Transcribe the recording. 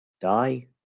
Die